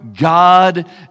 God